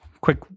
quick